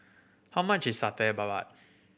how much is Satay Babat